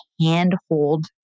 handhold